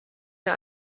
wir